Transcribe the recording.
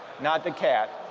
not the cat